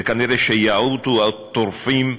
וכנראה יעוטו הטורפים.